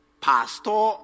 Pastor